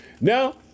Now